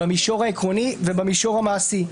במישור העקרוני ובמישור המעשי.